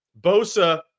Bosa